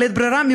בלית ברירה,